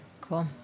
Cool